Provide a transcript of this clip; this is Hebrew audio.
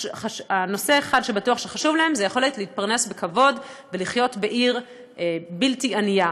נושא אחד שבטוח חשוב להם זה היכולת להתפרנס בכבוד ולחיות בעיר לא ענייה.